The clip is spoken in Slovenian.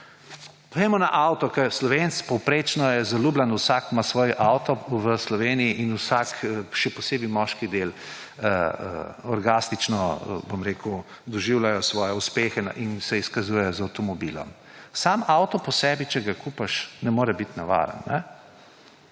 Pojdimo na avto, ker Slovenc povprečno je zaljubljen, vsak ima svoj avto v Sloveniji in vsak, še posebej moški del, orgastično doživljajo svoje uspehe in se izkazujejo z avtomobilom. Sam avto po sebi, če ga kupiš, ne more biti nevaren